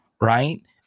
right